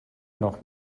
noch